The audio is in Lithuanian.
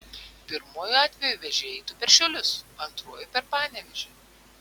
pirmuoju atveju vėžė eitų per šiaulius antruoju per panevėžį